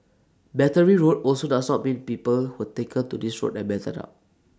Battery Road also does not mean people were taken to this road and battered up